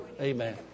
Amen